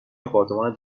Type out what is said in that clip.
آپارتمان